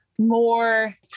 more